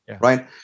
Right